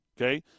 okay